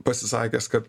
pasisakęs kad